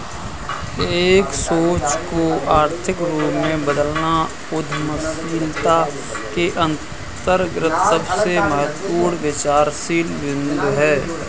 एक सोच को आर्थिक रूप में बदलना उद्यमशीलता के अंतर्गत सबसे महत्वपूर्ण विचारशील बिन्दु हैं